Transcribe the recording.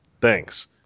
Thanks